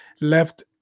left